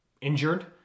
injured